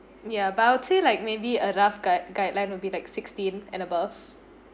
ya but I would say like maybe a rough guide guideline will be like sixteen and above